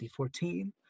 2014